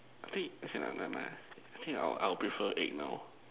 I think okay lah mind I think I would I would prefer egg now